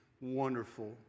wonderful